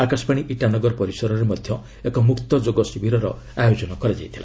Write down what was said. ଆକାଶବାଣୀ ଇଟାନଗର ପରିସରରେ ମଧ୍ୟ ଏକ ମୁକ୍ତ ଯୋଗ ଶିବିରର ମଧ୍ୟ ଆୟୋଜନ କରାଯାଇଥିଲା